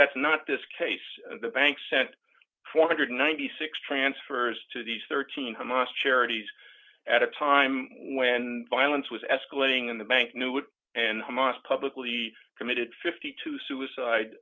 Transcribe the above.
that's not this case the bank sent four hundred and ninety six transfers to these thirteen hamas charities at a time when violence was escalating in the bank knew it and hamas publicly committed fifty two suicide